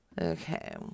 Okay